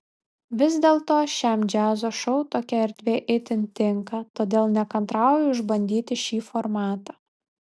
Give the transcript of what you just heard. vis dėlto šiam džiazo šou tokia erdvė itin tinka todėl nekantrauju išbandyti šį formatą